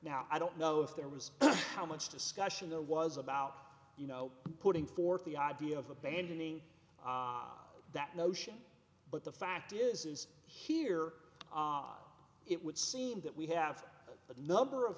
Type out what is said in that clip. now i don't know if there was how much discussion there was about you know putting forth the idea of abandoning that notion but the fact is is here it would seem that we have a number of